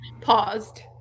paused